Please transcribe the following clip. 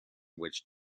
which